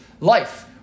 life